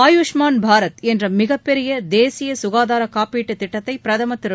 ஆயுஷ்மான் பாரத் என்றமிகப்பெரியதேசியசுகாதாரகாப்பீட்டுதிட்டத்தைபிரதமர் திரு